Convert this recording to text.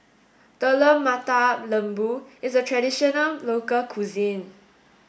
Telur Mata Lembu is a traditional local cuisine